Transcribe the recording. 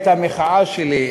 את המחאה שלי,